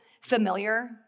familiar